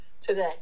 today